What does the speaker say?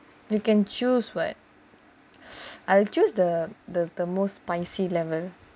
you can choose [what] I will choose the the the most spicy level